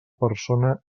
persona